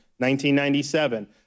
1997